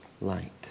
light